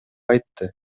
айтты